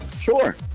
Sure